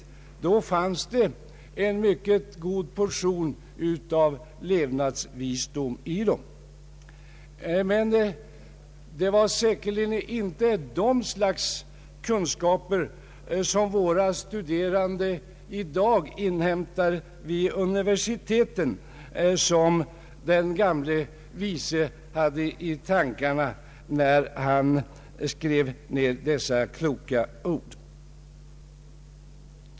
Då fanns det säkert en god portion levnadsvisdom i dessa ord. Men det var säkerligen inte det slags kunskaper som våra studerande i dag inhämtar vid universiteten som den gamle vise hade i tankarna när han skrev ned dessa kloka ord.